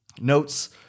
notes